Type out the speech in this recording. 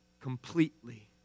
completely